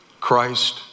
Christ